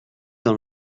dans